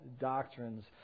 doctrines